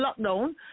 lockdown